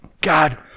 God